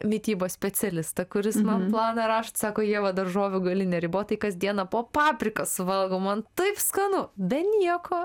mitybos specialistą kuris man planą rašo sako ieva daržovių gali neribotai kas dieną po papriką suvalgau man taip skanu be nieko